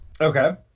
Okay